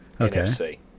Okay